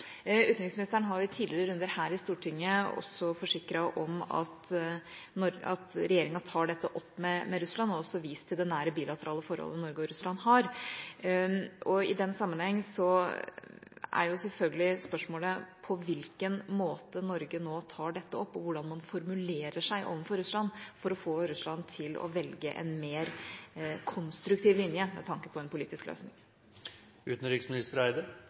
Utenriksministeren har i tidligere runder her i Stortinget også forsikret om at regjeringa tar det opp med Russland og også vist til det nære bilaterale forholdet Norge og Russland har. Og i den sammenheng er jo selvfølgelig spørsmålet på hvilken måte Norge nå tar det opp, og hvordan man formulerer seg overfor Russland for å få Russland til å velge en mer konstruktiv linje med tanke på en politisk